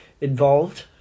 involved